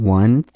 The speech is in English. one